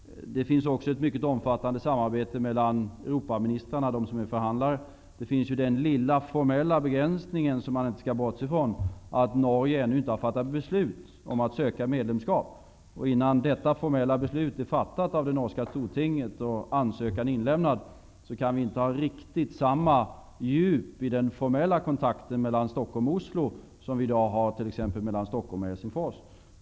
Det finns också ett mycket omfattande samarbete mellan Europaministrarna, de som förhandlar. Där finns den lilla, formella begränsningen som man inte skall bortse från, nämligen att Norge ännu inte har fattat beslut om att söka medlemskap. Innan det formella beslutet är fattat av det norska stortinget och ansökan inlämnad, kan vi inte ha riktigt samma djup i den formella kontakten mellan Stockholm och Oslo som vi i dag har i kontakten mellan t.ex. Stockholm och Helsingfors.